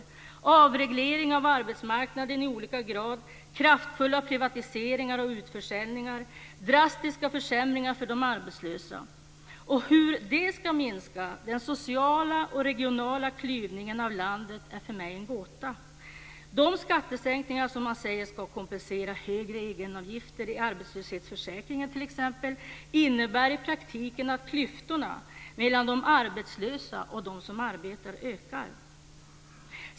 Det är avreglering av arbetsmarknaden i olika grad, kraftfulla privatiseringar och utförsäljningar samt drastiska försämringar för de arbetslösa. Hur det ska minska den sociala och regionala klyvningen av landet är för mig en gåta.